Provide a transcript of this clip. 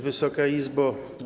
Wysoka Izbo!